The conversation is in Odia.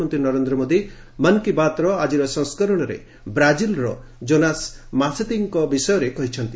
ପ୍ରଧାନମନ୍ତ୍ରୀ ନରେନ୍ଦ୍ର ମୋଦି ମନ୍ କୀ ବାତ୍ର ଆକିର ସଂସ୍କରଣରେ ବ୍ରାଜିଲ୍ର କୋନାସ୍ ମାସେଟି ଙ୍କ ବିଷୟରେ କହିଛନ୍ତି